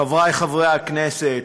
חבריי חברי הכנסת,